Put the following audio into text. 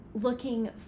looking